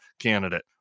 candidate